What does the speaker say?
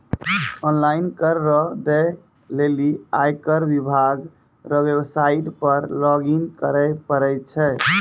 online कर रो दै लेली आयकर विभाग रो वेवसाईट पर लॉगइन करै परै छै